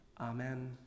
Amen